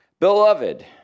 beloved